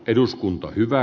eduskunta on hyvä